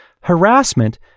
Harassment